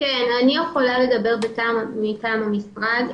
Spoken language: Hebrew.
אדבר מטעם המשרד.